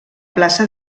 plaça